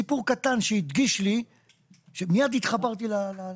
זהו סיפור קטן שמיד התחברתי אליו,